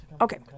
Okay